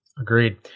Agreed